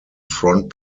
front